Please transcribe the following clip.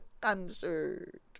concert